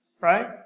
right